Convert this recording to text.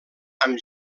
amb